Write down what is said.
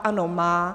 Ano, má.